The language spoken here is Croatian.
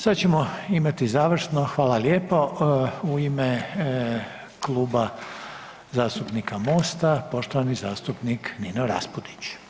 Sad ćemo imati završno, hvala lijepo, u ime Kluba zastupnika MOST-a poštovani zastupnik Nino Raspudić.